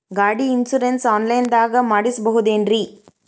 ಗಾಡಿ insurance online ದಾಗ ಮಾಡಸ್ಬಹುದೆನ್ರಿ?